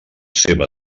seva